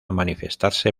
manifestarse